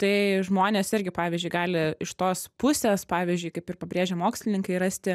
tai žmonės irgi pavyzdžiui gali iš tos pusės pavyzdžiui kaip ir pabrėžia mokslininkai rasti